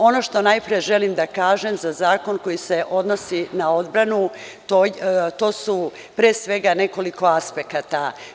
Ono što najpre želim da kažem za zakon koji se odnosi na odbranu, to su, pre svega, nekoliko aspekata.